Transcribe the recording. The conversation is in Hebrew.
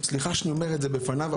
סליחה שאני אומר את זה בפניו,